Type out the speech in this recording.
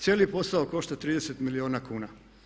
Cijeli posao košta 30 milijuna kuna.